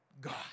God